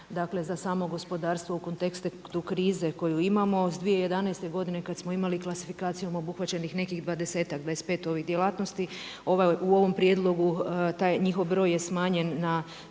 dakle za samo gospodarstvo u kontekstu krize koju imamo. S 2011. godine kada smo imali klasifikacijom obuhvaćenih nekih 20-ak, 25 ovih djelatnosti u ovom prijedlogu taj njihov broj je smanjen na